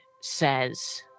says